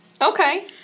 Okay